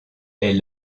est